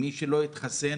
שמי שלא יתחסן,